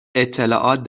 اطلاعات